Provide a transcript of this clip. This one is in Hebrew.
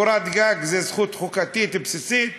קורת גג זו זכות חוקתית בסיסית,